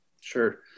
Sure